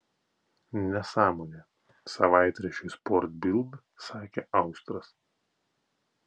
nesąmonė savaitraščiui sport bild sakė austras